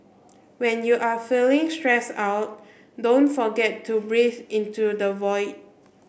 when you are feeling stressed out don't forget to breathe into the void